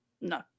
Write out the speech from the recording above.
No